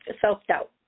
self-doubt